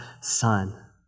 son